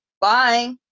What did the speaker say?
Bye